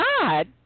God